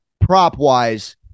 prop-wise